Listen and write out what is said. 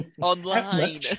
Online